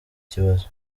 kibazo